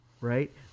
right